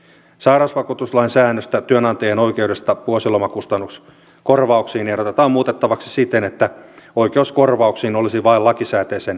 sairausvakuutuslain säännöstä työnantajien oikeudesta vuosilomakustannuskorvauksiin ehdotetaan muutettavaksi siten että oikeus korvauksiin olisi vain lakisääteisen vuosiloman ajalta